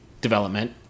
development